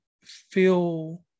feel